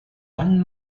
anne